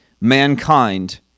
mankind